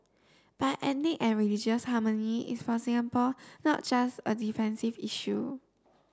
but ethnic and religious harmony is for Singapore not just a defensive issue